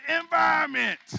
environment